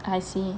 I see